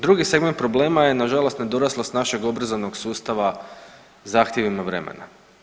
Drugi segment problema je nažalost nedoraslost našeg obrazovnog sustava zahtjevima vremena.